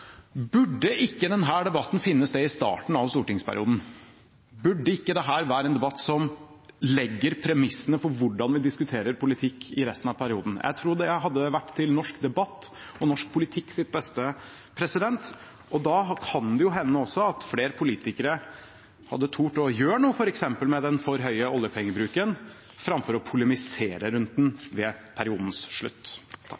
Burde ikke denne debatten finne sted i starten av stortingsperioden? Burde ikke dette være en debatt som legger premissene for hvordan vi diskuterer politikk i resten av perioden? Jeg tror det hadde vært til norsk debatt og norsk politikks beste. Da kan det også hende at flere politikere hadde tort å gjøre noe f.eks. med den for høye oljepengebruken framfor å polemisere rundt